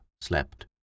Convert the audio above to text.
slept